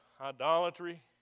idolatry